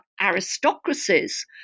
aristocracies